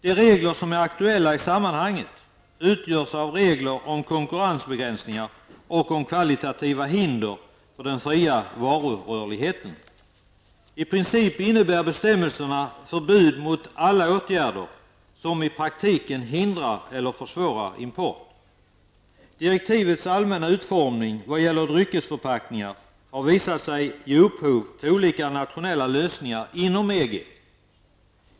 De regler som är aktuella i sammanhanget är regler om konkurrensbegränsningar och om kvalitativa hinder för den fria varurörligheten. I princip innebär bestämmelserna förbud mot alla åtgärder som i praktiken hindrar eller försvårar import. Direktivens allmänna utformning i vad gäller dryckesförpackningar har visat sig ge upphov till olika nationella lösningar inom EG.